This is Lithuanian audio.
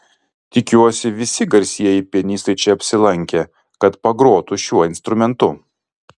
tikiuosi visi garsieji pianistai čia apsilankė kad pagrotų šiuo instrumentu